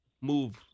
move